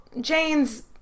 Jane's